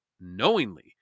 knowingly